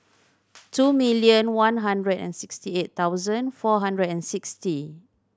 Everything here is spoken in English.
two million one hundred and sixty eight thousand four hundred and sixty